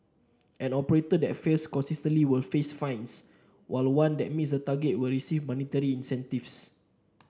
an operator that fails consistently will face fines while one that meets targets will receive monetary incentives